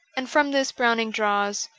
and from this browning draws,